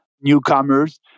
newcomers